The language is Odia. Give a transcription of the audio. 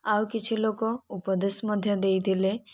ଆଉ କିଛି ଲୋକ ଉପଦେଶ ମଧ୍ୟ ଦେଇଥିଲେ